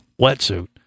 wetsuit